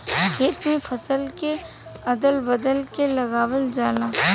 खेत में फसल के अदल बदल के लगावल जाला